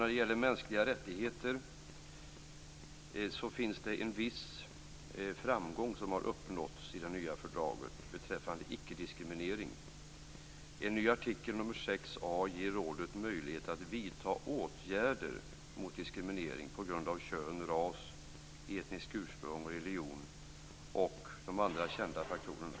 När det gäller mänskliga rättigheter har en viss framgång uppnåtts i det nya fördraget beträffande ickediskriminering. En ny artikel, nr 6 a, ger rådet möjlighet att vidta åtgärder mot diskriminering på grund av kön, ras, etniskt ursprung, religion och de andra kända faktorerna.